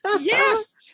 Yes